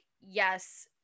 yes